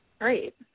Great